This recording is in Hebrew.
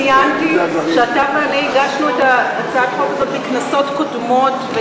ציינתי שאתה ואני הגשנו את הצעת החוק הזאת בכנסות קודמות,